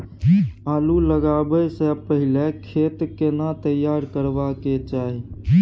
आलू लगाबै स पहिले खेत केना तैयार करबा के चाहय?